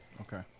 Okay